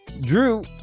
Drew